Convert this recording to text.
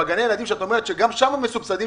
בגני הילדים שאת אומרת שגם שם מסובסדים,